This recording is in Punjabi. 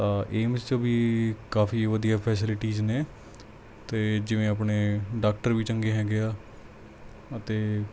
ਤਾਂ ਏਮਸ 'ਚ ਵੀ ਕਾਫੀ ਵਧੀਆ ਫੈਸਲਿਟੀਜ਼ ਨੇ ਅਤੇ ਜਿਵੇਂ ਆਪਣੇ ਡਾਕਟਰ ਵੀ ਚੰਗੇ ਹੈਗੇ ਆ ਅਤੇ